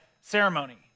ceremony